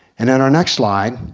and and our next slide.